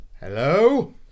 Hello